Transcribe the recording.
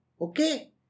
Okay